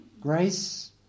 grace